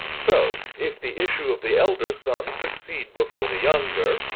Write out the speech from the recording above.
so, if the issue of the elder sonne succeed before the younger,